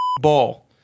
Ball